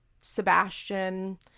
Sebastian